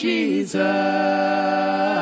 Jesus